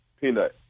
Peanut